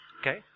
Okay